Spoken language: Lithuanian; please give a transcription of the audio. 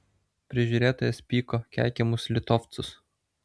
prižiūrėtojas pyko keikė mus litovcus